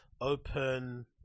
Open